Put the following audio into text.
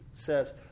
says